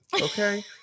Okay